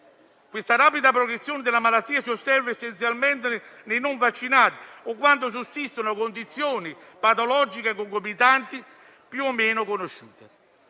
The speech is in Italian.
La rapida progressione della malattia si osserva essenzialmente nei non vaccinati o quando sussistono condizioni patologiche concomitanti più o meno conosciute.